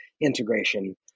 integration